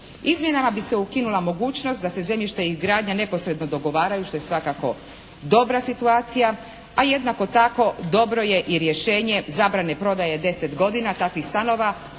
Izmjenama bi se ukinula mogućnost da se zemljište i izgradnja neposredno dogovaraju, što je svakako dobra situacija, a jednako tako dobro i rješenje zabrane prodaje 10 godina takvih stanova.